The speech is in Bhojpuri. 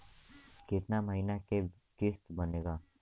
कितना महीना के किस्त बनेगा?